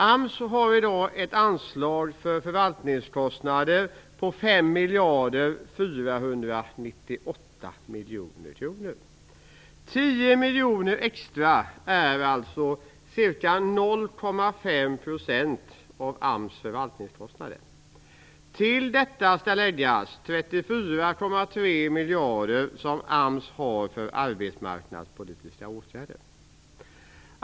AMS har i dag ett anslag för förvaltningskostnader på 5 498 000 000 kr. Det innebär att 10 miljoner extra är ca 0,5 % av AMS förvaltningskostnader. Till detta skall läggas 34,3 miljarder som AMS har för arbetsmarknadspolitiska åtgärder.